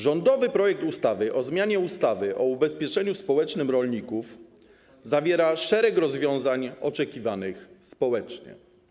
Rządowy projekt ustawy o zmianie ustawy o ubezpieczeniu społecznym rolników zawiera szereg rozwiązań oczekiwanych społecznie.